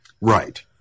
Right